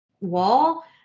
wall